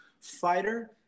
fighter